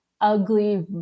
ugly